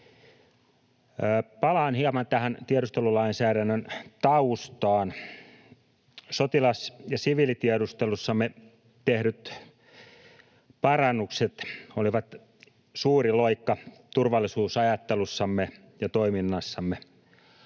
Palaan hieman tiedustelulainsäädännön taustaan. Sotilas- ja siviilitiedustelussamme tehdyt parannukset olivat suuri loikka turvallisuusajattelussamme ja -toiminnassamme.